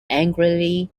angrily